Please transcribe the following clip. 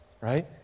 right